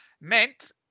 meant